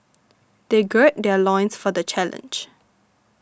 they gird their loins for the challenge